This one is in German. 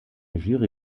jury